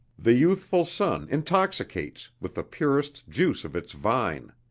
the youthful sun intoxicates with the purest juice of its vine.